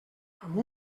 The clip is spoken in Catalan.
amb